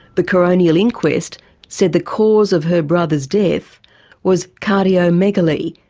the coronial inquest said the cause of her brother's death was cardiomegaly,